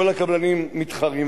כל הקבלנים מתחרים,